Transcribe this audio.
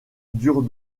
dure